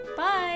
Bye